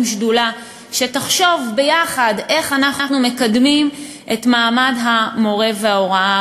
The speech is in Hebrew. שדולה שתחשוב יחד איך אנחנו מקדמים את מעמד המורה וההוראה